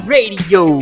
Radio